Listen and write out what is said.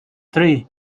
three